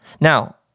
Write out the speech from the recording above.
Now